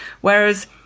Whereas